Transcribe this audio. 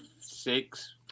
six